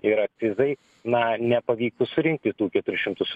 ir akcizai na nepavyktų surinkti tų keturių šimtų su